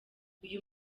uyu